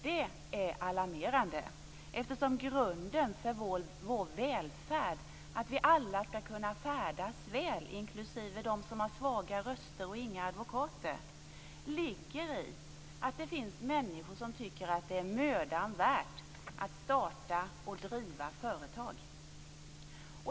Det är alarmerande, eftersom grunden för vår välfärd - att vi alla, inklusive de som har svaga röster och inga advokater, ska kunna färdas väl - ligger i att det finns människor som tycker att det är mödan värt att starta och driva företag.